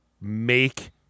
make